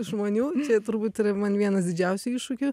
žmonių turbūt yra man vienas didžiausių iššūkių